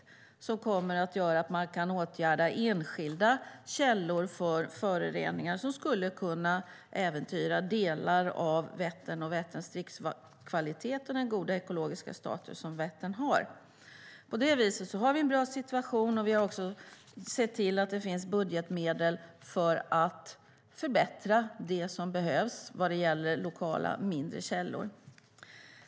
Dessa kommer att göra att man kan åtgärda enskilda källor till föroreningar som kan äventyra delar av Vättern och dess dricksvattenkvalitet och goda ekologiska status. På det viset har vi en bra situation, och vi har också sett till att det finns budgetmedel för att förbättra det som behövs vad gäller lokala mindre källor.